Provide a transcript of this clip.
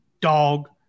dog